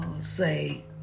say